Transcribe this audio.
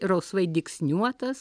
rausvai dygsniuotas